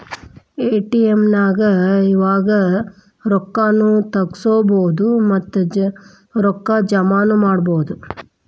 ATM ನ್ಯಾಗ್ ಇವಾಗ ರೊಕ್ಕಾ ನು ತಗ್ಸ್ಕೊಬೊದು ಮತ್ತ ರೊಕ್ಕಾ ಜಮಾನು ಮಾಡ್ಬೊದು